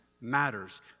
matters